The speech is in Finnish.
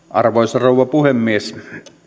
arvoisa rouva puhemies